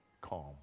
calm